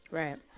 right